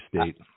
State